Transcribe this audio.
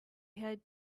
had